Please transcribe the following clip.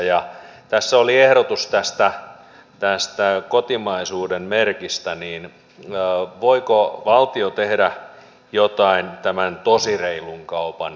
kun tässä oli ehdotus tästä kotimaisuuden merkistä niin voiko valtio tehdä jotain tämän tosi reilun kaupan merkin eteen